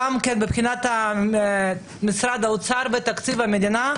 וגם מבחינת משרד האוצר בתקציב המדינה.